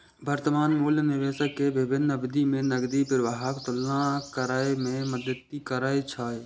वर्तमान मूल्य निवेशक कें विभिन्न अवधि मे नकदी प्रवाहक तुलना करै मे मदति करै छै